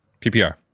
PPR